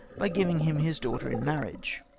by giving him his daughter in marriage.